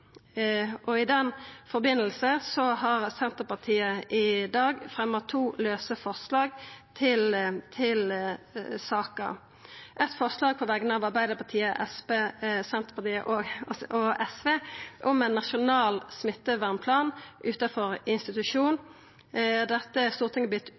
og i samband med det har Senterpartiet i dag fremja to lause forslag til saka. Det eine forslaget, på vegner av Arbeidarpartiet, Senterpartiet og SV, er om ein nasjonal smittevernplan utanfor institusjon. Dette har Stortinget